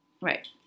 right